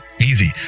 Easy